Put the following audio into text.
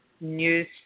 news